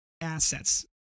assets